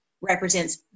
represents